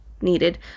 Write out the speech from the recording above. needed